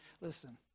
Listen